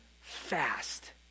fast